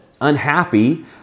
Unhappy